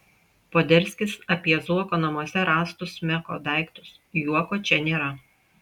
poderskis apie zuoko namuose rastus meko daiktus juoko čia nėra